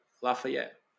Lafayette